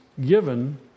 given